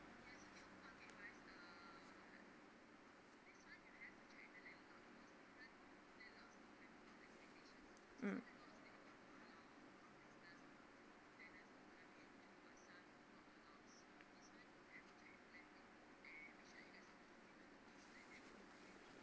mm